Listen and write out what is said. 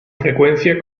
frecuencia